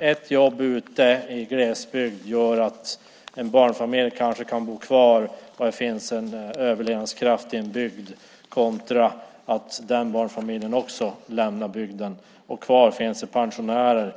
Ett jobb ute i glesbygd gör att en barnfamilj kanske kan bo kvar och att det finns en överlevnadskraft i en bygd kontra att den barnfamiljen också lämnar bygden. Kvar finns då bara pensionärer.